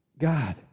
God